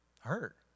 Hurt